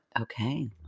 Okay